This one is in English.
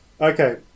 Okay